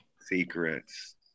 secrets